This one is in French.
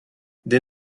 des